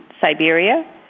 Siberia